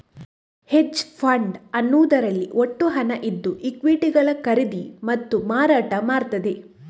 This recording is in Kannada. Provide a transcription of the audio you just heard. ಹೆಡ್ಜ್ ಫಂಡ್ ಅನ್ನುದ್ರಲ್ಲಿ ಒಟ್ಟು ಹಣ ಇದ್ದು ಈಕ್ವಿಟಿಗಳ ಖರೀದಿ ಮತ್ತೆ ಮಾರಾಟ ಮಾಡ್ತದೆ